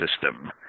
system